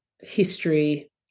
history